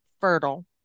fertile